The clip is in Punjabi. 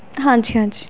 ਹਾਂਜੀ ਹਾਂਜੀ